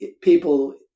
people